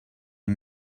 are